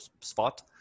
spot